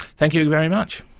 thank you very much.